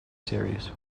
series